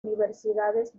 universidades